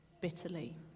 bitterly